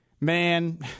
man